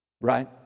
Right